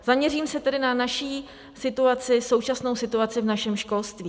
Zaměřím se tedy na naši situaci, současnou situaci v našem školství.